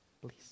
please